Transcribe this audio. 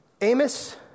Amos